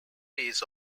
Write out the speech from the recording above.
pays